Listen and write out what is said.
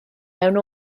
mewn